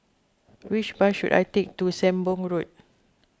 which bus should I take to Sembong Road